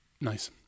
nice